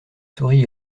souris